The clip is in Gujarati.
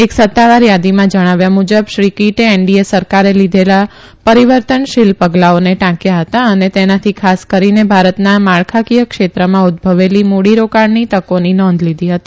એક સત્તાવાર યાદીમાં જણાવ્યા મુજબ શ્રી કીટે એનડીએ સરકારે લીઘેલા પરીવર્તનશીલ પગલાઓને ટાંકથા હતા અને તેનાથી ખાસ કરીને ભારતના માળખાકીય ક્ષેત્રમાં ઉભદવેલી મુડીરોકાણની તકોની નોંઘ લીધી હતી